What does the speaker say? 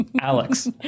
Alex